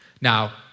Now